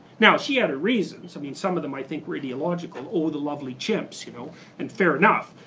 now she had a reason. so i mean some of them might think we're ideological oh the lovely chimps, you know and fair enough.